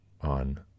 on